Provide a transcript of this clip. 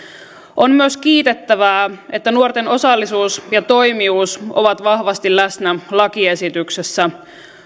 on myös kiitettävää että nuorten osallisuus ja toimijuus ovat vahvasti läsnä lakiesityksessä